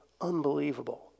unbelievable